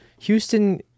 Houston